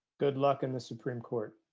good luck in the supreme court